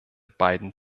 beiden